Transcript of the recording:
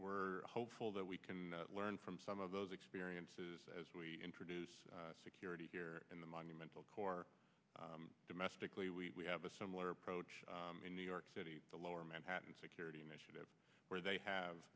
we're hopeful that we can learn from some of those experiences as we introduce security here in the monumental corps domestically we have a similar approach in new york city the lower manhattan security initiative where they